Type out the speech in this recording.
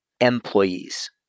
employees